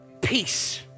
Peace